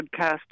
podcast